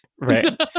right